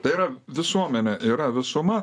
tai yra visuomenė yra visuma